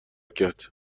کرد